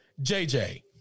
JJ